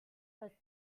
her